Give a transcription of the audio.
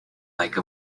like